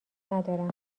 ندارم